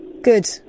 Good